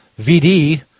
VD